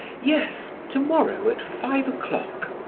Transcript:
yes, to-morrow at five o'clock.